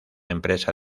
empresa